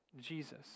Jesus